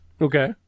Okay